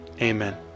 Amen